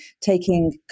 taking